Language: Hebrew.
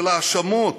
של האשמות: